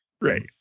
Right